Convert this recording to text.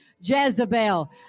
Jezebel